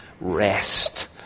Rest